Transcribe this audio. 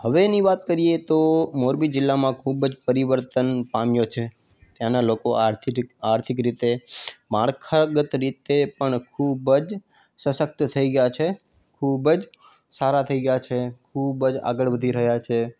હવેની વાત કરીએ તો મોરબી જિલ્લામાં ખૂબ જ પરિવર્તન પામ્યો છે ત્યાંના લોકો આર્થ્રિક આર્થિક રીતે માળખાગત રીતે પણ ખૂબ જ સશક્ત થઇ ગયા છે ખૂબ જ સારા થઇ ગયા છે ખૂબ જ આગળ વધી રહ્યાં છે